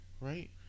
Right